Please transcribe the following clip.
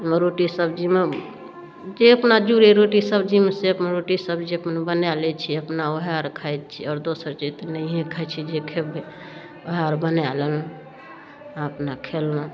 रोटी सब्जीमे जे अपना जुड़ै रोटी सब्जीमे से अपन रोटी सब्जी अपन बनाय लै छी अपना ओएह आर रोटी खाइत छी आओर दोसर चीज तऽ नहिये खाइत छी जे ओहे आर बनाय लेलहुँ अपना खयलहुँ